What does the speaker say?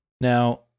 Now